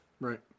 Right